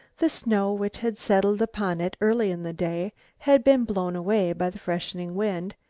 the snow which had settled upon it early in the day had been blown away by the freshening wind,